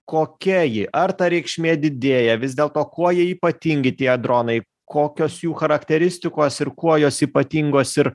kokia ji ar ta reikšmė didėja vis dėl to kuo jie ypatingi tie dronai kokios jų charakteristikos ir kuo jos ypatingos ir